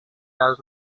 does